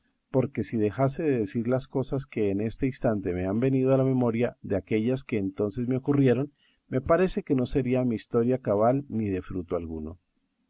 porque si dejase de decir las cosas que en este instante me han venido a la memoria de aquellas que entonces me ocurrieron me parece que no sería mi historia cabal ni de fruto alguno